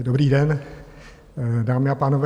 Dobrý den, dámy a pánové.